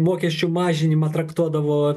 mokesčių mažinimą traktuodavo